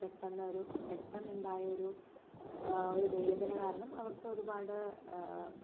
പെട്ടെന്നൊരു പെട്ടെന്നുണ്ടായൊരു ഒരു വേദന കാരണം അവർക്കൊരുപാട്